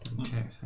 okay